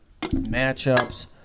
matchups